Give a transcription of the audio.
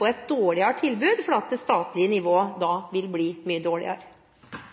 få et dårligere tilbud, fordi det statlige nivået da vil bli mye dårligere.